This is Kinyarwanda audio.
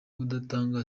kudatanga